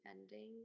ending